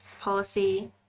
policy